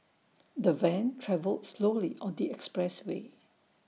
the van travelled slowly on the expressway